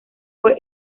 fue